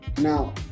now